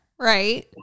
Right